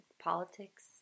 politics